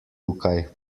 tukaj